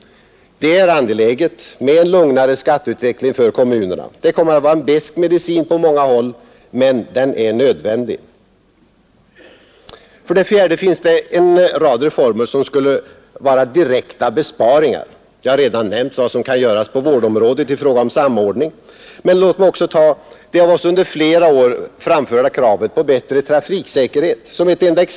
Det är angeläget med en lugnare skatteutveckling inom kommunerna. Det kommer att vara en besk medicin på många håll, men den är nödvändig. 4. Det finns en rad reformer som skulle vara direkta besparingar. Jag har redan nämnt vad som kan göras i form av samordning på vårdområdet. Men låt mig också som ett exempel ta det av oss under flera år framförda kravet på bättre trafiksäkerhet.